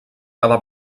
cada